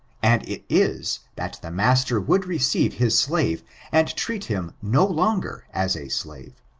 and it is, that the master would receive his slave and treat him no longer as a slave,